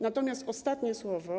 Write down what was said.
Natomiast ostatnie słowo.